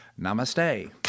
Namaste